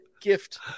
gift